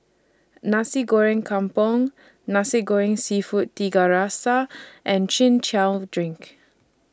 Nasi Goreng Kampung Nasi Goreng Seafood Tiga Rasa and Chin Chow Drink